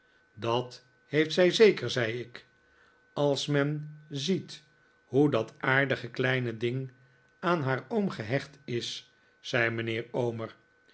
dat heeft zij zeker zei ik als men ziet hoe dat aardige kleine ding aan haar oom gehecht is zei mijnheer omer